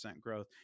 growth